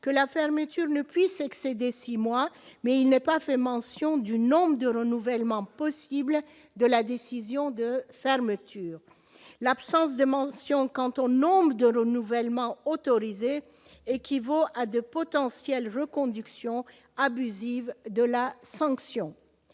que la fermeture ne puisse excéder 6 mois mais il n'est pas fait mention du nombre de renouvellements possibles de la décision de fermeture, l'absence de mention quant au nombre de renouvellements équivaut à de potentiels veut conduction abusive de la sanction,